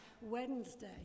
Wednesday